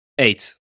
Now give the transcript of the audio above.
Eight